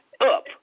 up